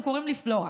הם קוראים לי פלורה.